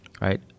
right